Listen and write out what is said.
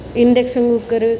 induction cooker